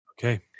Okay